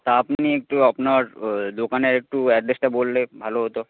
তা আপনি একটু আপনার দোকানের একটু অ্যাড্রেসটা বললে ভালো হত